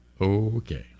Okay